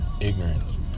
ignorance